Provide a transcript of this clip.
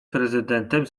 prezydentem